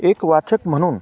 एक वाचक म्हणून